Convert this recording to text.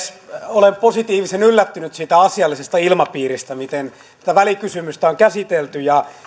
olen positiivisen yllättynyt siitä asiallisesta ilmapiiristä miten tätä välikysymystä on käsitelty ja